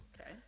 Okay